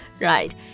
Right